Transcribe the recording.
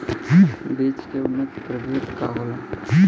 बीज के उन्नत प्रभेद का होला?